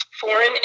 foreign